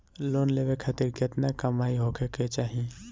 Loan लेवे खातिर केतना कमाई होखे के चाही?